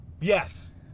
yes